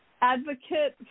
advocate